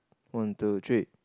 one two three